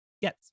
Yes